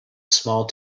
small